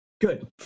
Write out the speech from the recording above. Good